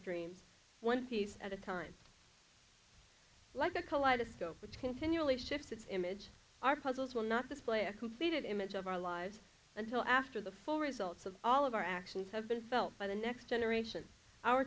dreams one piece at a time like a kaleidoscope which continually shifts its image our puzzles will not display a complete image of our lives until after the full results of all of our actions have been felt by the next generation our